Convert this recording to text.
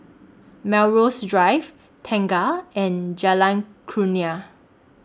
Melrose Drive Tengah and Jalan Kurnia